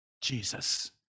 Jesus